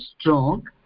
strong